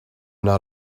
not